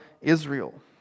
Israel